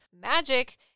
magic